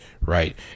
right